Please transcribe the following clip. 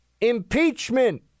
impeachment